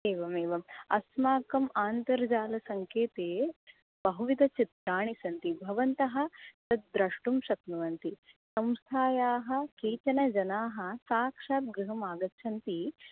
एवमेवम् अस्माकम् आन्तर्जालसङ्केते बहु विदचित्राणि सन्ति भवन्तः तद् द्रष्टुं शक्नुवन्ति संस्थायाः केचन जनाः साक्षात् गृहमागच्छन्ति